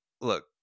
look